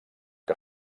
que